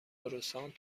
کروسانت